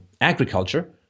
agriculture